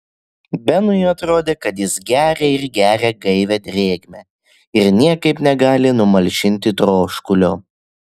benui atrodė kad jis geria ir geria gaivią drėgmę ir niekaip negali numalšinti troškulio